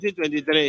2023